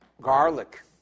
garlic